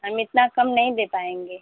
हम इतना कम नहीं दे पाएँगे